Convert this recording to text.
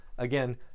Again